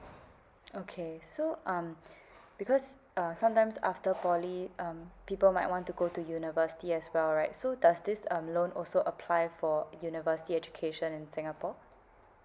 okay so um because uh sometimes after poly um people might want to go to university as well right so does this um loan also apply for university education in singapore